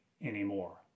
anymore